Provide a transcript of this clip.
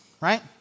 right